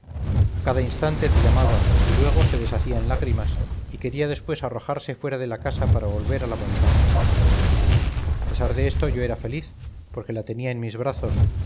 a cada instante te llamaba y luego se deshacía en lágrimas y quería después arrojarse fuera de la casa para volver a la montaña a pesar de esto yo era feliz porque la tenía en mis brazos